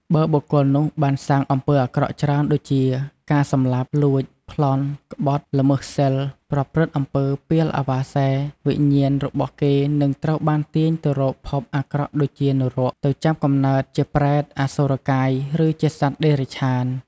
បើបុគ្គលនោះបានសាងអំពើអាក្រក់ច្រើនដូចជា ការសម្លាប់ លួច ប្លន់ ក្បត់ ល្មើសសីល ប្រព្រឹត្តអំពើពាលអាវ៉ាសែ វិញ្ញាណរបស់គេនឹងត្រូវបានទាញទៅរកភពអាក្រក់ដូចជានរក ទៅចាប់កំណើតជាប្រេត អសុរកាយ ឬជាសត្វតិរច្ឆាន។